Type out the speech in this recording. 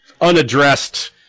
unaddressed